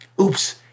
oops